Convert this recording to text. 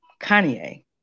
Kanye